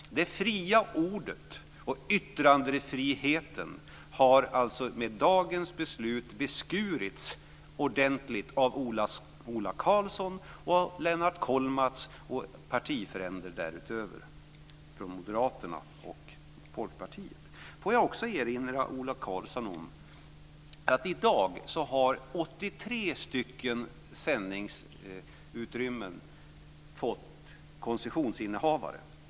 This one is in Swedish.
Med dagens beslut har det fria ordet och yttrandefriheten beskurits ordentligt av Ola Karlsson och Lennart Låt mig också erinra Ola Karlsson om att i dag har 83 sändningsutrymmen fått koncessionsinnehavare.